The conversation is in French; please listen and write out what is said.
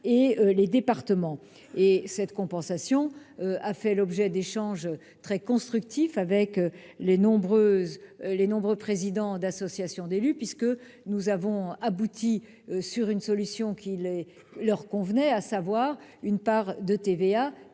et les départements. Cette compensation a fait l'objet d'échanges très constructifs avec les nombreux présidents d'associations d'élus. De fait, nous avons abouti à une solution qui leur convenait, c'est-à-dire une part